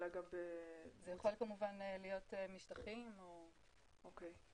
זה יכול כמובן להיות משטחים או --- או.קיי.